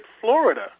Florida